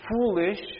foolish